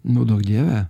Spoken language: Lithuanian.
nu duok dieve